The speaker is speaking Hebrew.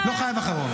לא חייב אחרון.